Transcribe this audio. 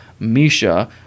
Misha